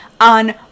on